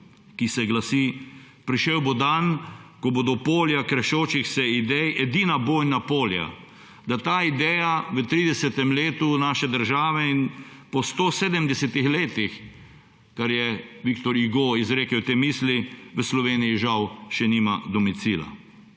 ki se glasi – »Prišel bo dan, ko bodo polja krešočih se idej edina bojna polja« – ta ideja v 30. letu naše države in po 170 letih, kar je Viktor Hugo izrekel te misli, v Sloveniji žal še nima domicila.